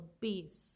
base